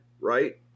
right